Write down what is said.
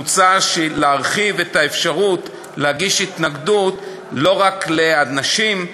מוצע להרחיב את האפשרות להגיש התנגדות לא רק לאנשים,